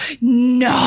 No